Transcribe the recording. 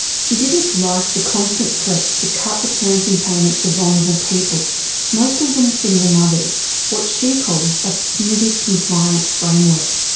she didn't like the constant threats to cut the parenting payments of vulnerable people most of them single mothers what she calls a punitive compliance framework.